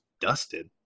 dusted